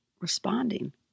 responding